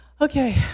okay